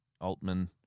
Altman